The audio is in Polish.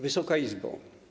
Wysoka Izbo!